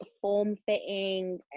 form-fitting